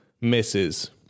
misses